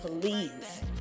please